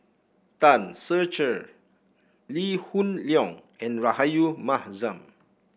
Tan Ser Cher Lee Hoon Leong and Rahayu Mahzam